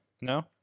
No